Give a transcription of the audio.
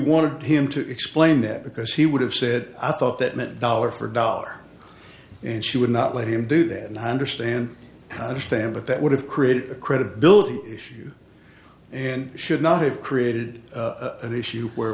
wanted him to explain that because he would have said i thought that meant dollar for dollar and she would not let him do that and i understand how understand that that would have created a credibility issue and should not have created an issue where